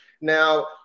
Now